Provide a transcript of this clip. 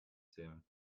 zählen